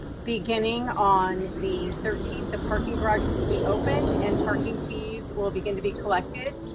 beginning on the thirteen, the parking garages will be open and parking fees will begin to be collected.